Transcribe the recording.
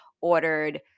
ordered